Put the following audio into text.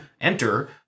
enter